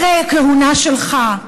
אחרי הכהונה שלך,